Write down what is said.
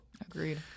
Agreed